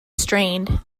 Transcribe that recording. strained